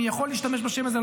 מי יכול להשתמש בשם הזה.